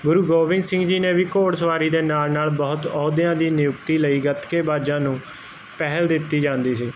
ਗੁਰੂ ਗੋਬਿੰਦ ਸਿੰਘ ਜੀ ਨੇ ਵੀ ਘੋੜ ਸਵਾਰੀ ਦੇ ਨਾਲ ਨਾਲ ਬਹੁਤ ਅਹੁਦਿਆਂ ਦੀ ਨਿਯੁਕਤੀ ਲਈ ਗਤਕੇ ਬਾਜਾਂ ਨੂੰ ਪਹਿਲ ਦਿੱਤੀ ਜਾਂਦੀ ਸੀ